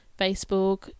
Facebook